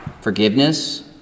Forgiveness